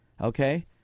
okay